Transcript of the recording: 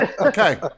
Okay